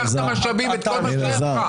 קח את המשאבים ואת כל מה שיש לך.